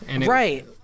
right